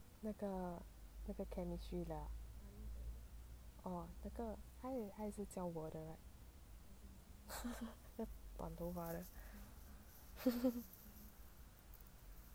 那个 chemistry 的 ah orh 那个他有他是教我的那个短头发